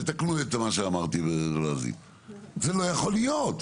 זה לא יכול להיות.